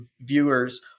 viewers